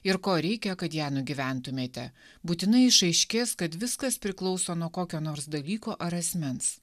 ir ko reikia kad ją nugyventumėte būtinai išaiškės kad viskas priklauso nuo kokio nors dalyko ar asmens